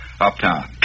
Uptown